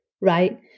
right